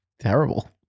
Terrible